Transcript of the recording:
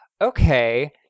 okay